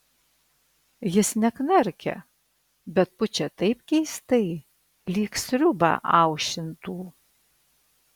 jis neknarkia bet pučia taip keistai lyg sriubą aušintų